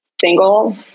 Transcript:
single